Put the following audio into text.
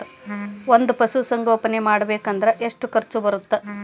ಒಂದ್ ಪಶುಸಂಗೋಪನೆ ಮಾಡ್ಬೇಕ್ ಅಂದ್ರ ಎಷ್ಟ ಖರ್ಚ್ ಬರತ್ತ?